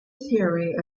theory